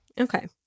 Okay